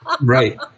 Right